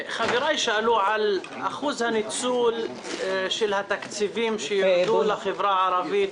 חבריי שאלו על אחוז הניצול של התקציבים שיועדו לחברה הערבית,